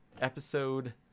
episode